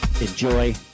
enjoy